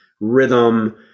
rhythm